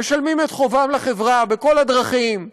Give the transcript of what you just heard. משלמים את חובם לחברה בכל הדרכים,